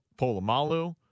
Polamalu